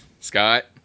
Scott